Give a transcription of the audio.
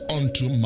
unto